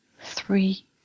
three